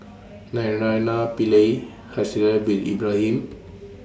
Naraina Pillai Haslir Bin Ibrahim